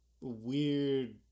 weird